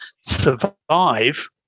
survive